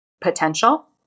potential